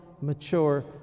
mature